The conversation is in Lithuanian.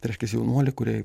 tai reiškias jaunuolį kuriai